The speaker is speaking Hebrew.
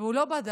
והוא לא בדק